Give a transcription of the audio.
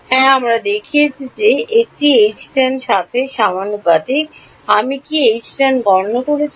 হ্যাঁ আমরা দেখিয়েছি যে এটি Htan সাথে সমানুপাতিক আমি কি Htan গণনা করেছি